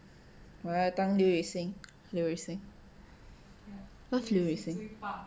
我要当刘雨欣刘雨欣